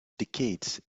decades